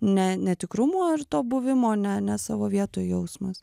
ne netikrumo ir to buvimo ne ne savo vietoj jausmas